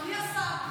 אדוני השר,